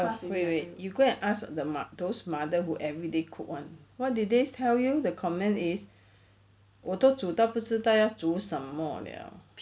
wait wait you go and ask the mo~ those mother who everyday cook [one] what did they tell you the comment is 我都煮到不知道要煮什么 liao